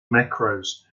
macros